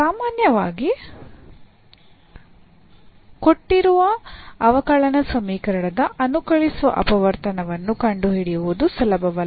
ಸಾಮಾನ್ಯವಾಗಿ ಕೊಟ್ಟಿರುವ ಅವಕಲನ ಸಮೀಕರಣದ ಅನುಕಲಿಸುವ ಅಪವರ್ತನವನ್ನು ಕಂಡುಹಿಡಿಯುವುದು ಸುಲಭವಲ್ಲ